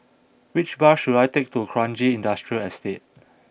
which bus should I take to Kranji Industrial Estate